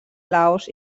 laos